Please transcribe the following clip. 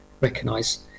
recognize